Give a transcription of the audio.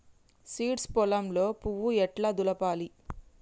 Seeds పొలంలో పువ్వు ఎట్లా దులపాలి?